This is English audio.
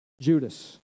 Judas